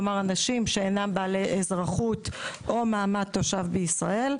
כלומר אנשים שאינם בעלי אזרחות או מעמד תושב בישראל.